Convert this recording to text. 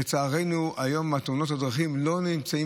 לצערנו היום תאונות הדרכים לא נמצאות